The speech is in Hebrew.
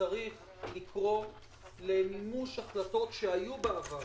צריך לקרוא למימוש החלטות שהיו בעבר,